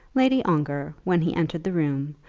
lady ongar, when he entered the room,